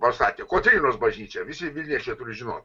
pastatė kotrynos bažnyčią visi vilniečiai turi žinot